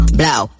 blow